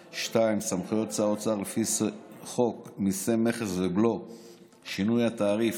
2. סמכויות שר האוצר לפי חוק מיסי מכס ובלו (שינוי התעריף),